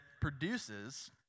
produces